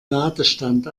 ladestand